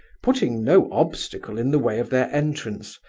putting no obstacle in the way of their entrance,